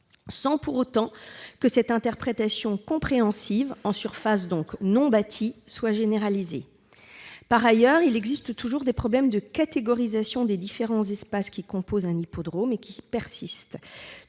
sans pour autant que cette interprétation compréhensive en surfaces non bâties soit généralisée. Par ailleurs, les problèmes de catégorisation des différents espaces composant un hippodrome persistent.